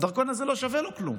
הדרכון הזה לא שווה לו כלום.